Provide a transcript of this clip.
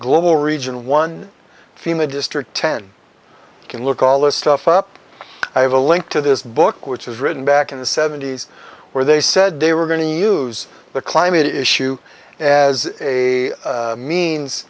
global region one fema district ten can look all this stuff up i have a link to this book which is written back in the seventy's where they said they were going to use the climate issue as a